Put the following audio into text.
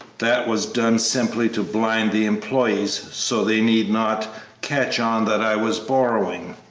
that was done simply to blind the employees, so they need not catch on that i was borrowing.